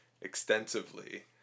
extensively